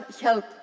help